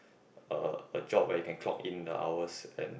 a a job where you can clock in the hours and